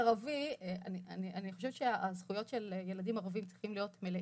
אני חושבת שהזכויות של ילדים ערבים צריכים להיות מלאים,